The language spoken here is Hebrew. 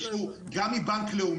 תשווה לריבית שהבנק לוקח על המינוס.